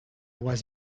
was